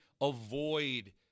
avoid